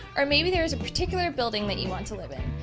or maybe there is a particular building you want to live in.